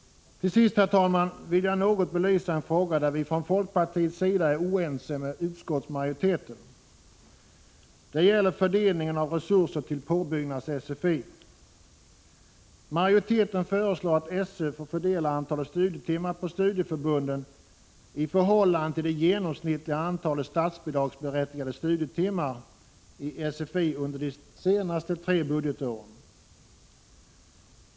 Till sist, herr talman, vill jag något belysa en fråga i vilken vi från folkpartiets sida är oense med utskottsmajoriteten. Det gäller fördelningen av resurser till påbyggnads-sfi. Majoriteten föreslår att SÖ får fördela antalet studietimmar på studieförbunden i förhållande till det genomsnittliga antalet statsbidragsberättigade studietimmar i sfi under de senaste tre budgetåren.